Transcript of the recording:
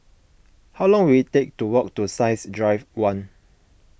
how long will it take to walk to Science Drive one